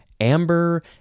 amber